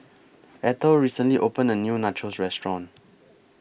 Ethel recently opened A New Nachos Restaurant